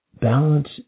balance